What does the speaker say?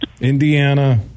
Indiana